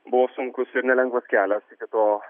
buvo sunkus ir nelengvas kelias iki to